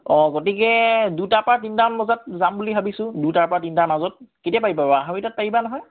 অঁ গতিকে দুটাৰ পৰা তিনিটামান বজাত যাম বুলি দুটাৰ পৰা তিনিটাৰ মাজত কেতিয়া পাৰিবা বাৰু আঢ়ৈটাত পাৰিবা নহয়